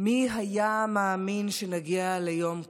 מי היה מאמין שנגיע ליום כזה?